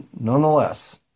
nonetheless